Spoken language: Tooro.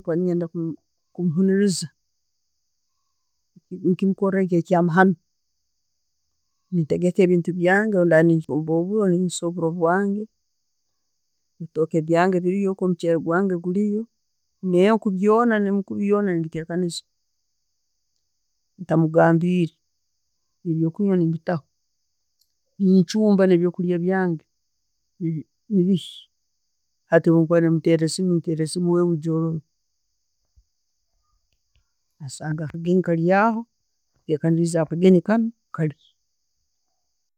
Kakuba nenyende kumuhuniriza, nikyekyo kyenkora ekyamahanu, nentegeka ebintu byange, bwemba nechumba oburo, nsubura obwange, ebitooke byange biriyo okwo, omucheere gwange guriyo nenku byona ne'mukuubi yoona nembitekaniza, ntamugambire. Ebyo'kunywa nembitaho, nechumba ne'byokulya byange ne'bihya. Hati bwenkuba nemuteera essimu, nemuteera esiimu wewe eija olye. Asanga akagenyi kalyaho, nkutekaniize akagenyi kanu, kalye.